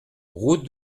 route